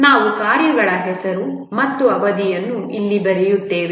ನಾವು ಕಾರ್ಯಗಳ ಹೆಸರು ಮತ್ತು ಅವಧಿಯನ್ನು ಇಲ್ಲಿ ಬರೆಯುತ್ತೇವೆ